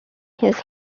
his